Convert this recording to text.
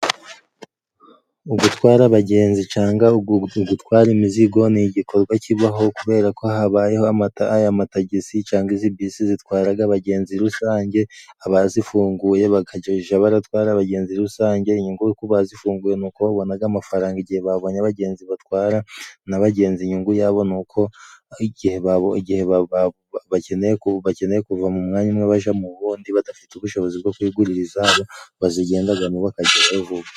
Mu gutwara abagenzi canga gutwara imizigo n'igikorwa kibaho kubera ko habayeho amata aya matagisi cyangwa izi bisi zitwaraga abagenzi rusange abazifunguye bakajya baratwara abagenzi rusange inyungu kuba bazifunguye nuko babonaga amafaranga igihe babonye abagenzi batwara n'abagenzi inyungu yabo ni uko igihe babo igihe bakeneye bakeneye kuva mu mwanya umwe baja mu gundi badafite ubushobozi bwo kugurira izabo bazigendagamo bakagerayo vuba.